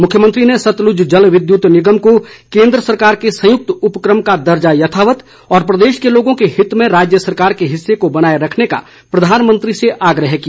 मुख्यमंत्री ने सतलुज जल विद्युत निगम को केन्द्र सरकार के संयुक्त उपक्रम का दर्जा यथावत और प्रदेश के लोगों के हित में राज्य सरकार के हिस्से को बनाए रखने का प्रधानमंत्री से आग्रह किया